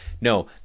No